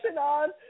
on